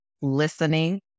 listening